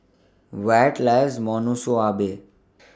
Wyatt loves Monsunabe